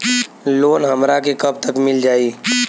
Loan हमरा के कब तक मिल जाई?